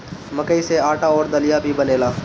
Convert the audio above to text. मकई से आटा अउरी दलिया भी बनेला